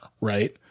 right